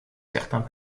certains